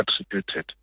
attributed